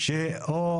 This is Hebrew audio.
בסעיף,